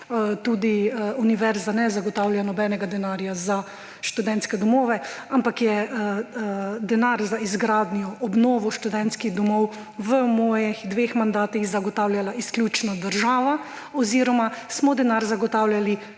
Univerza ne zagotavlja nobenega denarja za študentske domove, ampak je denar za izgradnjo, obnovo študentskih domov v času mojih dveh mandatov zagotavljala izključno država oziroma smo denar zagotavljali